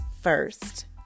first